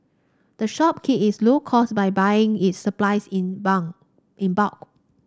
the shop key its low cost by buying its supplies in in bulk